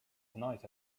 tonight